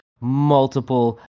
multiple